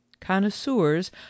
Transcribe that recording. connoisseurs